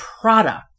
product